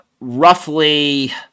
roughly